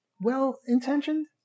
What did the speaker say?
well-intentioned